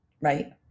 right